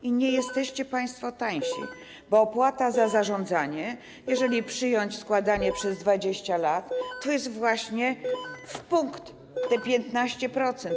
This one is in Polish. I nie jesteście państwo tańsi, bo opłata za zarządzanie, jeżeli przyjąć, że okres składania to 20 lat, to jest właśnie w punkt te 15%.